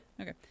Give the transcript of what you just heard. Okay